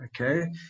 Okay